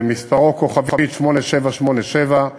שמספרו 8787*,